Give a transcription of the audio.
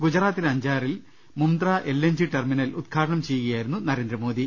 ഗുജറാത്തിലെ അഞ്ചാറിൽ മുംന്ത്ര L N G ടെർമി നൽ ഉദ്ഘാടനം ചെയ്യുകയായിരുന്നു നരേന്ദ്രമോദി